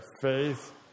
faith